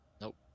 Nope